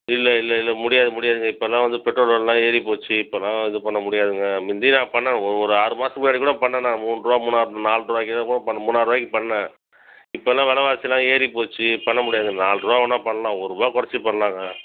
இல்லை இல்லை இல்லை முடியாது முடியாதுங்க இப்போல்லாம் வந்து பெட்ரோல் விலலாம் ஏறிப்போச்சு இப்போல்லாம் இது பண்ண முடியாதுங்க முந்தி நான் பண்ணேன் ஒரு ஆறு மாதத்துக்கு முன்னாடி கூட பண்ணேன் நான் மூண்ரூவா மூணாரூவா நால்ரூவாய்க்கு என்னவோ மூணாரூவாய்க்கு பண்ணேன் இப்பெல்லாம் விலவாசி ஏறிப்போச்சு பண்ண முடியாதுங்க நால்ரூவா வேணா பண்ணலாம் ஒருரூபா குறச்சி பண்ணலாங்க